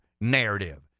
narrative